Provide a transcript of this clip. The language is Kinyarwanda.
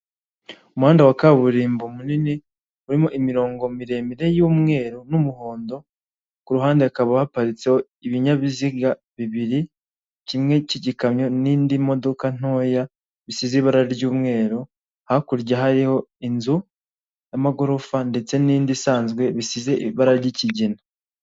Amatara yaka cyane ndetse n'ikiraro kinyuraho imodoka, hasi no hejuru kiri mu mujyi wa Kigali muri nyanza ya kicukiro ndetse yanditseho, icyapa k'icyatsi kiriho amagambo Kigali eyapoti